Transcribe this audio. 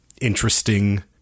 interesting